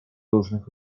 różnych